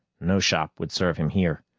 no shop would serve him here,